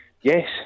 yes